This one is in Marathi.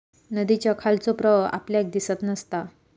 नदीच्या खालचो प्रवाह आपल्याक दिसत नसता